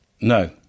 No